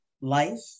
life